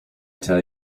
tell